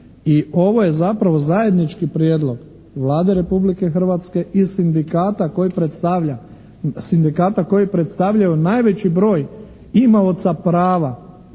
i ovo je zapravo zajednički prijedlog Vlade Republike Hrvatske i sindikata koji predstavlja, sindikata koji predstavljaju